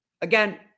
Again